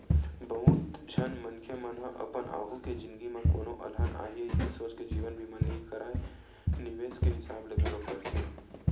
बहुत झन मनखे मन ह अपन आघु के जिनगी म कोनो अलहन आही अइसने सोच के जीवन बीमा नइ कारय निवेस के हिसाब ले घलोक करथे